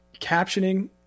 captioning